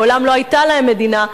מעולם לא היתה להם מדינה,